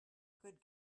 good